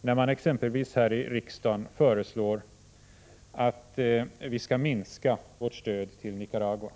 när man exempelvis här i riksdagen föreslår att vi skall minska vårt stöd till Nicaragua.